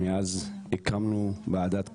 מאז הקמנו וועדת קורונה,